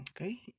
Okay